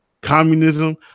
communism